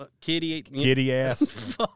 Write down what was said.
Kitty-ass